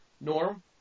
Norm